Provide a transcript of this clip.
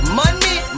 money